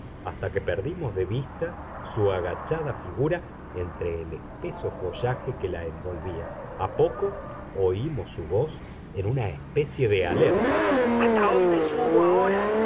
hasta que perdimos de vista su agachada figura entre el espeso follaje que la envolvía a poco oímos su voz en una especie de alerta asta ónde subo aora